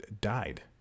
died